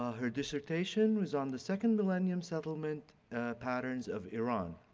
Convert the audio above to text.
her dissertation was on the second millennium settlement patterns of iran.